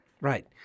Right